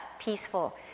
peaceful